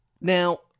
Now